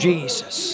Jesus